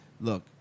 Look